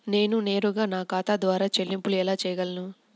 నేను నేరుగా నా ఖాతా ద్వారా చెల్లింపులు ఎలా చేయగలను?